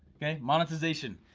okay, monetization.